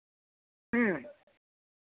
ᱦᱩᱸ